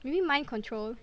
do we mind control